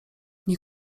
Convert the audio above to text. nie